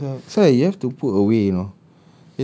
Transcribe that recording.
then what work sia that's why you have to put away you know